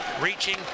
Reaching